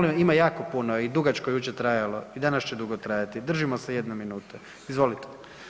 Ima jako puno i dugačko je jučer trajalo i danas će dugo trajati, držimo se jedne minute, izvolite.